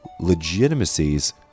legitimacies